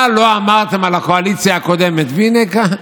מה לא אמרתם על הקואליציה הקודמת, והינה כאן,